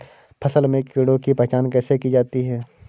फसल में कीड़ों की पहचान कैसे की जाती है?